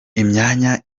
imyanya